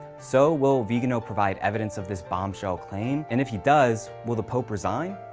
so will vigano provide evidence of his bombshell claim, and if he does will to pope resign?